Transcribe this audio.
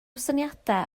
syniadau